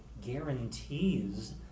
guarantees